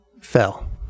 Fell